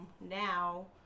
now